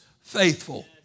faithful